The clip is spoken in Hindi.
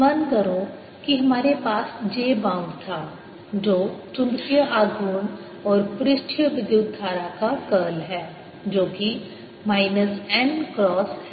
स्मरण करो कि हमारे पास j बाउंड था जो चुंबकीय आघूर्ण और पृष्ठीय विद्युत धारा का कर्ल है जो कि माइनस n क्रॉस M है